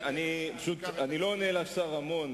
אני לא עונה לשר רמון,